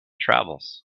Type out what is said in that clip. travels